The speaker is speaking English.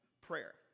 prayer